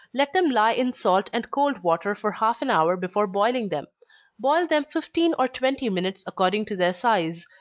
let them lie in salt and cold water for half an hour before boiling them boil them fifteen or twenty minutes, according to their size.